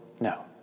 No